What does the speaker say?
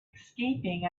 escaping